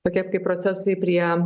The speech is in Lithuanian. tokie kaip procesai prie